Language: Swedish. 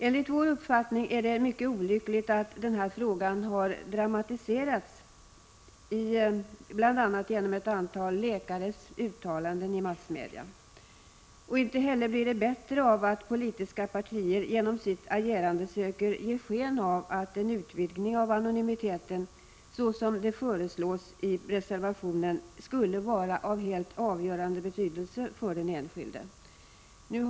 Enligt vår uppfattning är det mycket olyckligt att denna fråga har dramatiserats bl.a. genom ett antal läkares uttalanden i massmedia. Och inte blir det bättre av att politiska partier genom sitt agerande söker ge sken av att en utvidgning av anonymiteten, som man föreslår i reservationen, skulle vara av helt avgörande betydelse för den enskilde. Bl.